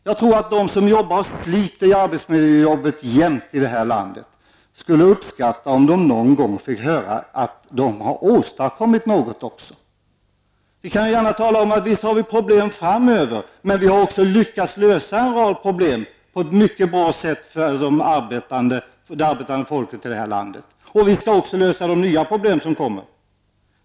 Jag tror att de som jämt jobbar och sliter i arbetsmiljöarbetet här i landet skulle uppskatta om de någon gång fick höra att de har åstadkommit något också. Vi kan gärna tala om att visst har vi problem framöver, men vi har också lyckats lösa en rad problem på ett mycket bra sätt för det arbetande folket i det här landet. Och vi skall också lösa de nya problem som kommer.